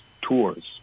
tours